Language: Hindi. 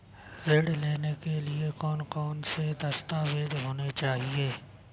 ऋण लेने के लिए कौन कौन से दस्तावेज होने चाहिए?